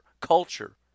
culture